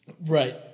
Right